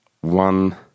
one